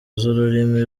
y’ururimi